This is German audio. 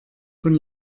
von